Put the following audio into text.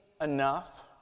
enough